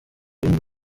ibindi